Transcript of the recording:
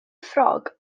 ffrog